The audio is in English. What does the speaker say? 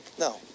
No